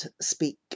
speak